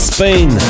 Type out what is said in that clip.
Spain